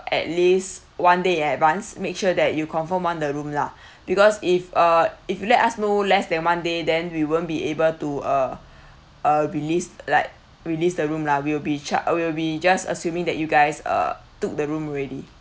at least one day in advance make sure that you confirm want the room lah because if uh if you let us know less than one day then we won't be able to uh uh release like release the room lah we will be char~ uh we will be just assuming that you guys uh took the room already